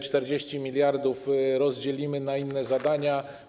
40 mld zł rozdzielimy na inne zadania.